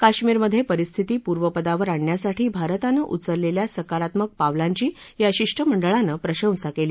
काश्मीरमध्ये परिस्थिती पूर्वपदावर आणण्यासाठी भारतानं उचललेल्या सकारात्मक पावलांची या शिष्टमंडळानं प्रशंसा केली